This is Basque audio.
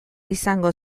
izango